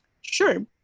Sure